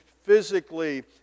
physically